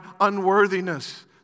unworthiness